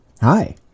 Hi